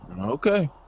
Okay